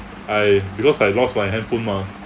I because I lost my handphone mah